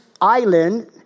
island